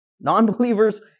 non-believers